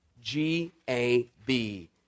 G-A-B